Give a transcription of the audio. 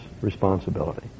responsibility